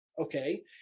Okay